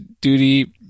duty